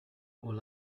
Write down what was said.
all